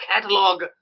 catalog